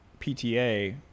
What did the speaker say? PTA